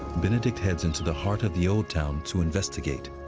benedict heads into the heart of the old town to investigate.